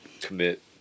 commit